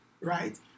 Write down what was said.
right